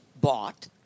bought